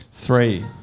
Three